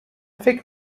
فکر